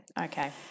Okay